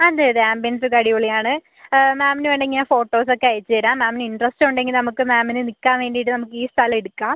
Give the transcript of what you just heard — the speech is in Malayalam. അതെ അതെ ആംബിയൻസ് ഒക്കെ അടിപൊളി ആണ് മാമിന് വേണേൽ ഞാൻ ഫോട്ടോസ് ഒക്കെ അയച്ച് തരാം മാമിന് ഇൻ്ററസ്റ്റ് ഉണ്ടെങ്കിൽ നമുക്ക് മാമിന് നിൽക്കാൻ വേണ്ടീട്ട് നമുക്ക് ഈ സ്ഥലം എടുക്കാം